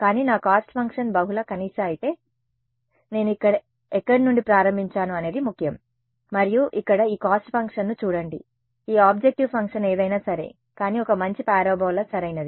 కానీ నా cost function బహుళ కనీస అయితే నేను ఎక్కడ నుండి ప్రారంభించాను అనేది ముఖ్యం మరియు ఇక్కడ ఈ కాస్ట్ ఫంక్షన్ ను చూడండి ఈ ఆబ్జెక్టివ్ ఫంక్షన్ ఏదైనా సరే కానీ ఒక మంచి పారాబొలా సరైనది